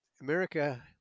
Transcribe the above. America